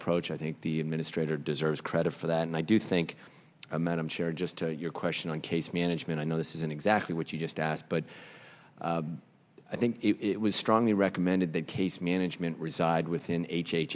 approach i think the administrator deserves credit for that and i do think madam chair just to your question on case management i know this isn't exactly what you just asked but i think it was strongly recommended that case management reside within h